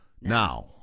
now